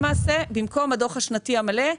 במקום הדו"ח השנתי המלא.